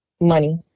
Money